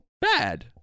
bad